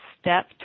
step